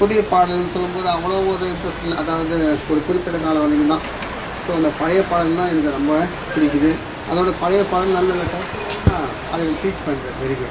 புதிய பாடல்கள் சொல்லும்போது அவ்வளோ ஒரு இன்ட்ரெஸ்ட் இல்லை அதாவது ஒரு குறிப்பிட்ட காலம் வரைக்கும் தான் ஸோ அந்த பழைய பாடல்கள் தான் எனக்கு ரொம்பவே பிடிக்குது அதோடு பழைய பாடல்கள் நல்ல நல்ல கருத்துகளெல்லாம் அவைகள் டீச் பண்ணுது வெரி குட்